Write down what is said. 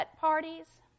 parties